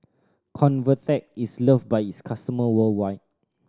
Convatec is loved by its customer worldwide